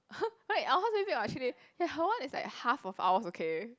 right our house very big [what] actually her one is like half of ours okay